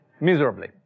miserably